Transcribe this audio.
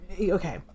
Okay